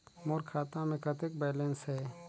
मोर खाता मे कतेक बैलेंस हे?